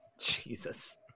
Jesus